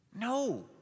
No